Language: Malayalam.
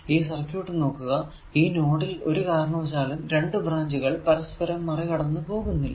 ഈ സർക്യൂട് നോക്കുക ഈ നോഡിൽ ഒരു കാരണവശാലും രണ്ടു ബ്രാഞ്ചുകൾ പരസ്പരം മറികടന്നു പോകുന്നില്ല